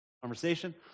conversation